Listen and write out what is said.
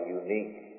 unique